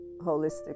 holistic